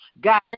God